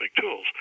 tools